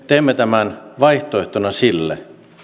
teemme tämän vaihtoehtona